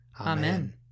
Amen